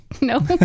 no